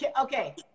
Okay